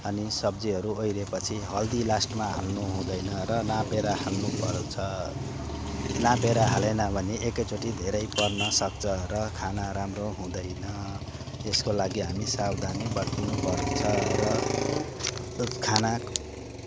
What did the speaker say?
अनि सब्जीहरू ओइरेपछि हल्दी लास्टमा हाल्नु हुँदैन र नापेर हाल्नुपर्छ नापेर हालेन भने एकैचोटि धेरै पर्नसक्छ र खाना राम्रो हुँदैन यस्को लागि हामी सावधानी बन्नुपर्छ र खाना